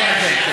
אני מאזן,